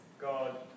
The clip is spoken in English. God